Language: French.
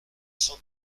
cent